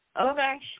Okay